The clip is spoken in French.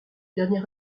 dernier